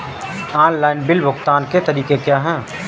Online bill भुगतान के तरीके क्या हैं?